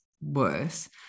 worse